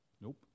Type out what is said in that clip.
Nope